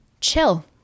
chill